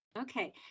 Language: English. Okay